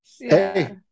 Hey